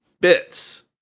bits